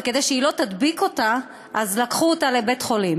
וכדי שהיא לא תדביק אותה לקחו אותה לבית-חולים.